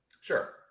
Sure